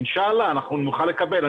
אינשאללה אנחנו נוכל לקבל.